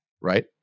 right